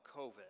COVID